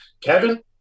Kevin